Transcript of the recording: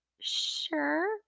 Sure